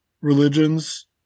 religions